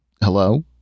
Hello